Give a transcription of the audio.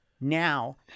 now